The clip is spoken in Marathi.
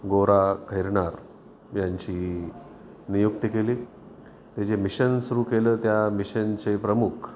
गो रा खैरनार यांची नियुक्ती केली ते जे मिशन सुरू केलं त्या मिशनचे प्रमुख